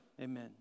Amen